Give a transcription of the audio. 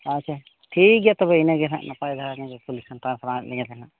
ᱟᱪᱪᱷᱟ ᱴᱷᱤᱠ ᱜᱮᱭᱟ ᱛᱚᱵᱮ ᱤᱱᱟᱹᱜᱮ ᱱᱟᱯᱟᱭ ᱫᱷᱟᱨᱟ ᱜᱮ ᱠᱩᱞᱤ ᱥᱟᱢᱴᱟᱣ ᱵᱟᱲᱟ ᱟᱫ ᱞᱤᱧᱟᱹ ᱛᱟᱦᱚᱞᱮ